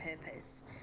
purpose